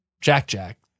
Jack-Jack